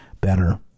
better